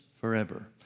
forever